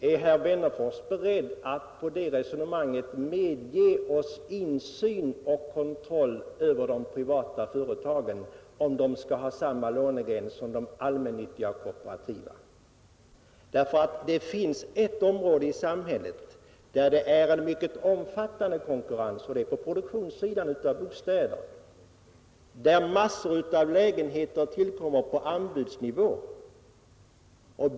Är herr Wennerfors beredd att på grundval av det resonemanget medge oss insyn och kontroll över de privata företagen, om dessa skall tillerkännas samma lånegräns som de allmännyttiga och kooperativa? Det finns ett område i samhället där det råder en mycket omfattande konkurrens, nämligen produktionssidan av bostäder. Där tillkommer massor av lägenheter på anbudsnivå.